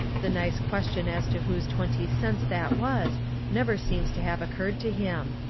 the nice question as to whose twenty cents that was never seems to have occurred to him.